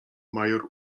major